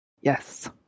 Yes